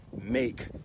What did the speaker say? make